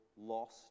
lost